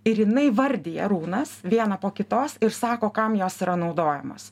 ir jinai vardija runas vieną po kitos ir sako kam jos yra naudojamos